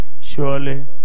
surely